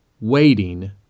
waiting